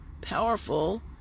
powerful